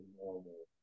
normal